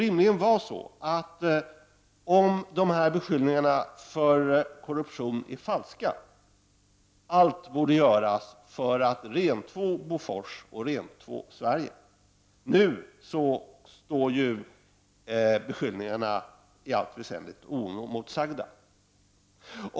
Om dessa beskyllningar för korruption är falska, borde rimligen allt göras för att rentvå Bofors och Sverige. Nu står ju beskyllningarna i allt väsentligt oemotsagda.